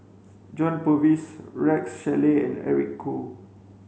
John Purvis Rex Shelley and Eric Khoo